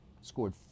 scored